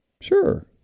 Sure